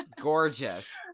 gorgeous